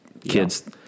kids